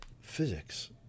Physics